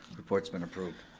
report's been approved.